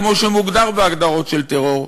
כמו שמוגדר בהגדרות של טרור,